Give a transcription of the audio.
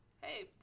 Hey